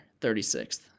36th